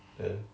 then